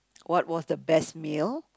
what was the best meal